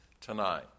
tonight